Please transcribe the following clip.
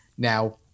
Now